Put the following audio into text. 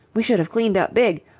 we should have cleaned up big,